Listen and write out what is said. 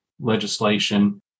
legislation